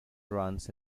runs